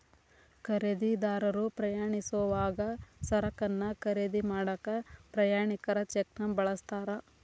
ಖರೇದಿದಾರರು ಪ್ರಯಾಣಿಸೋವಾಗ ಸರಕನ್ನ ಖರೇದಿ ಮಾಡಾಕ ಪ್ರಯಾಣಿಕರ ಚೆಕ್ನ ಬಳಸ್ತಾರ